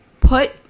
put